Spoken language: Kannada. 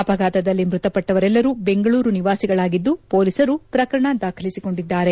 ಅಪಘಾತದಲ್ಲಿ ಮೃತಪಟ್ಷವರೆಲ್ಲರೂ ಬೆಂಗಳೂರು ನಿವಾಸಿಗಳಾಗಿದ್ದು ಪೊಲೀಸರು ಪ್ರಕರಣ ದಾಖಲಿಸಿಕೊಂಡಿದ್ದಾರೆ